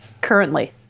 currently